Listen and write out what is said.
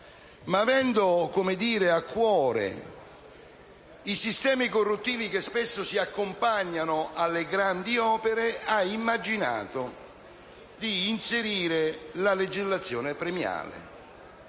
ma avendo a cuore i sistemi corruttivi che spesso si accompagnano alle grandi opere, il Governo ha pensato di inserire la legislazione premiale.